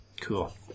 cool